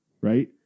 right